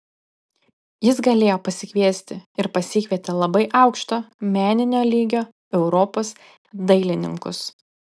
jis galėjo pasikviesti ir pasikvietė labai aukšto meninio lygio europos dailininkus